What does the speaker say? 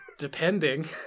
Depending